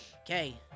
Okay